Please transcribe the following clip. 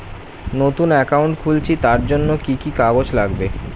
নতুন অ্যাকাউন্ট খুলছি তার জন্য কি কি কাগজ লাগবে?